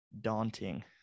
daunting